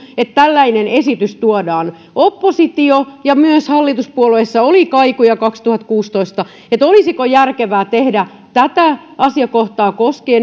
että tällainen esitys tuodaan oppositio ja myös hallituspuolueissa oli kaikuja kaksituhattakuusitoista siitä olisiko järkevää tehdä tätä asiakohtaa